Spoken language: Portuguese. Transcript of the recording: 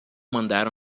mandar